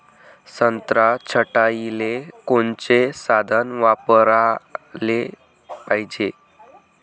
संत्रा छटाईले कोनचे साधन वापराले पाहिजे?